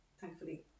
thankfully